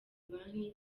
banki